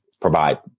provide